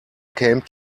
came